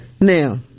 Now